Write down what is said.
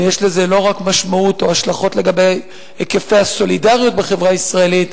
ויש לזה לא רק משמעות או השלכות לגבי היקפי הסולידריות בחברה הישראלית,